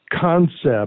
concept